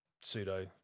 pseudo